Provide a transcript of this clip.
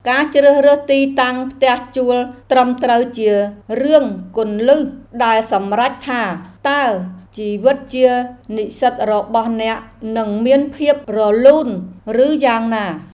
ការជ្រើសរើសទីតាំងផ្ទះជួលត្រឹមត្រូវជារឿងគន្លឹះដែលសម្រេចថា តើជីវិតជានិស្សិតរបស់អ្នកនឹងមានភាពរលូនឬយ៉ាងណា។